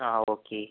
ആ ഓക്കെ